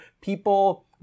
people